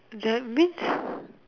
that means